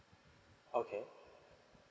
okay